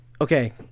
Okay